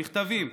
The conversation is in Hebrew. מכתבים,